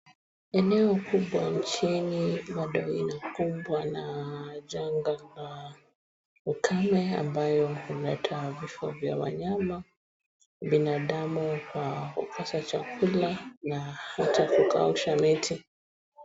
Eneo kubwa nchini bado linakumbwa na janga la ukame ambayo huleta vifo vya wanyama, binadamu kwa kukosa chakula na hata kukausha miti.